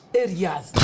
areas